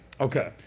Okay